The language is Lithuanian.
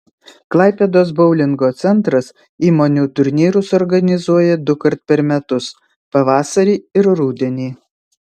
klaipėdos boulingo centras įmonių turnyrus organizuoja dukart per metus pavasarį ir rudenį